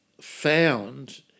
found